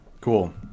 Cool